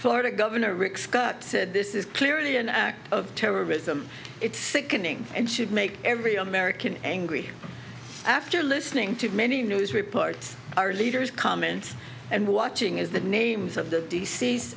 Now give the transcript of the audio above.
florida governor rick scott said this is clearly an act of terrorism it's sickening and should make every american angry after listening to many news reports our leaders comments and watching as the names of the d